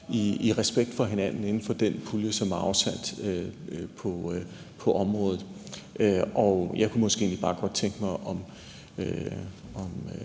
i respekt for hinanden inden for den pulje, som er afsat på området. Og jeg kunne måske egentlig bare godt tænke mig høre,